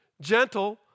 Gentle